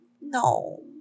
no